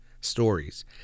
stories